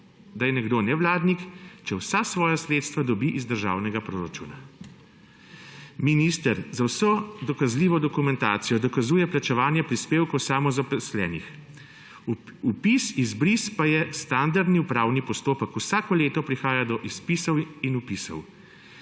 da je nekdo nevladnik, če vsa svoja sredstva dobi iz državnega proračuna. Minister z vso dokazljivo dokumentacijo dokazuje plačevanje prispevkov samozaposlenih, vpis/izbris pa je standardni upravni postopek, vsako leto prihaja do izpisov in vpisov.